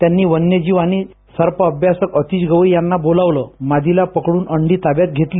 त्यांनी वन्यजीव आणि सर्पअभ्यासक अतिश गवई यांना बोलावलं मादीला पकडून अंडी ताब्यात घेतली